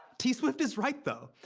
t. swift is right though.